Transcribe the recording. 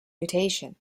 mutation